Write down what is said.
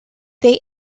they